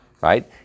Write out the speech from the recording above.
Right